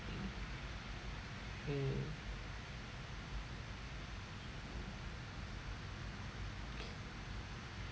mm